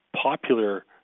popular